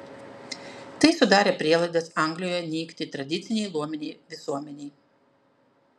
tai sudarė prielaidas anglijoje nykti tradicinei luominei visuomenei